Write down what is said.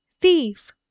thief